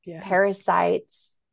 parasites